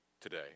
today